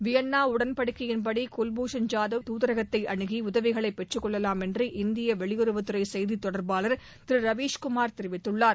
Vienna உடன்படிக்கையின் படி குவ்பூஷன் ஜாதவ் இந்திய துாதரகத்தை அனுகி உதவிகளை பெற்றுக்கொள்ளலாம் என்று இந்திய வெளியுறவுத்துறை செய்தி தொடர்பாளர் திரு ரவிஸ்குமார் தெரிவித்துள்ளார்